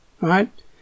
Right